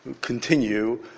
continue